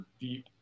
deep